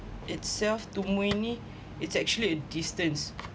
itself to mui ne it's actually a distance